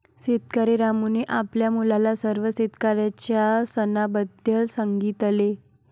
शेतकरी रामूने आपल्या मुलाला सर्व शेतकऱ्यांच्या सणाबद्दल सांगितले